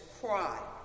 Cry